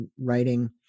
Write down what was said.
writing